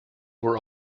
were